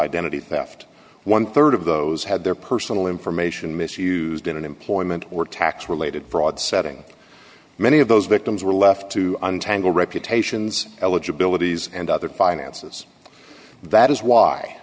identity theft one rd of those had their personal information misused in an employment or tax related fraud setting many of those victims were left to untangle reputations eligibility and other finances that is why